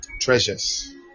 treasures